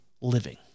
living